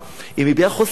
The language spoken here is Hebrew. היא מביעה חוסר תקווה.